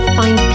find